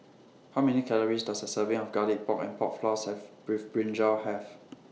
How Many Calories Does A Serving of Garlic Pork and Pork Floss Have with Brinjal Have